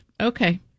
Okay